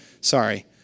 Sorry